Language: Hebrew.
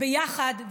ביחד.